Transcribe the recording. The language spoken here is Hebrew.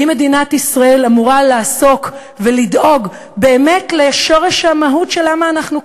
האם מדינת ישראל אמורה לעסוק ולדאוג באמת לשורש המהות של למה אנחנו כאן?